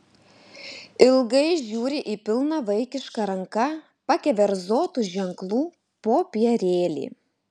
ilgai žiūri į pilną vaikiška ranka pakeverzotų ženklų popierėlį